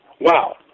Wow